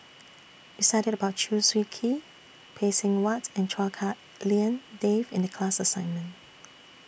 We studied about Chew Swee Kee Phay Seng Whatt and Chua Hak Lien Dave in The class assignment